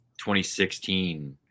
2016